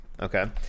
Okay